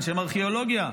אנשי ארכיאולוגיה.